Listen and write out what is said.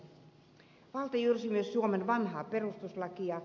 valta jyrsi myös suomen vanhaa perustuslakia